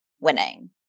winning